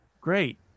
Great